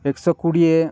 ଏକଶହ କୋଡ଼ିଏ